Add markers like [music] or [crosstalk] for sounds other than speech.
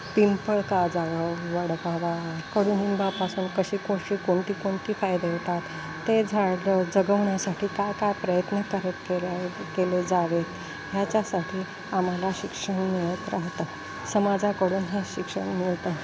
पिंपळ का जाळावं [unintelligible] कडुनिंबापासून कशी कशी कोणते कोणते फायदे होतात ते झाड ज जगवण्यासाठी काय काय प्रयत्न करत केला केले जावे ह्याच्यासाठी आम्हाला शिक्षण मिळत राहतात समाजाकडून हे शिक्षण मिळतं